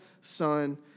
Son